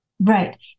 Right